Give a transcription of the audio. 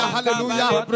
Hallelujah